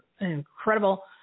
incredible